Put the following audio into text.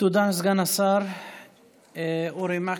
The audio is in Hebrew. תודה, סגן השרה אורי מקלב.